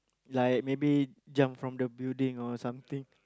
like maybe jump from the building or something